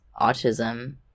autism